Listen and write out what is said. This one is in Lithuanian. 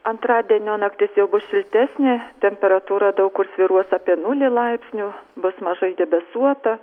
antradienio naktis jau bus šiltesnė temperatūra daug kur svyruos apie nulį laipsnių bus mažai debesuota